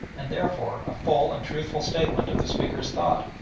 and, therefore, a full and truthful statement of the speaker's thought.